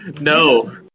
No